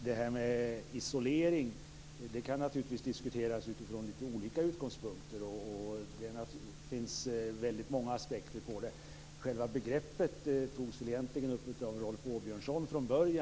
Herr talman! Frågan om isolering kan naturligtvis diskuteras utifrån litet olika utgångspunkter, och det finns väldigt många aspekter på det. Själva begreppet togs väl från början egentligen upp av Rolf Åbjörnsson.